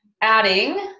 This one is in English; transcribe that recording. adding